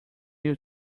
will